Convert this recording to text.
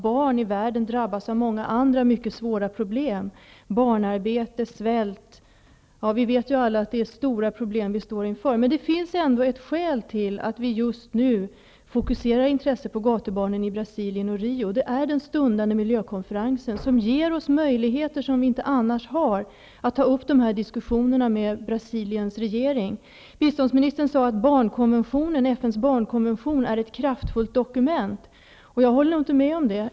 Barn i världen drabbas också av många andra mycket svåra problem, t.ex. barnarbete och svält. Vi vet ju alla att vi står inför stora problem. Det finns ändå ett skäl till att vi just nu fokuserar intresset på gatubarnen i Brasilien och Rio. Det är den stundande miljökonferensen. Den ger oss möjligheter som vi inte har annars att ta upp diskussioner med Brasiliens regering. Biståndsministern sade att FN:s barnkonvention är ett kraftfullt dokument. Jag håller nog inte med om det.